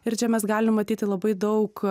ir čia mes galime matyti labai daug